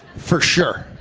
for sure.